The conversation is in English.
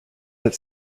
that